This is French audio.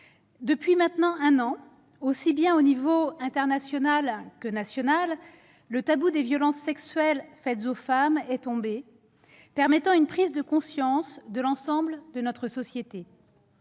depuis maintenant un an, à l'échelon tant international que national, le tabou des violences sexuelles faites aux femmes est tombé, permettant une prise de conscience de l'ensemble de notre société.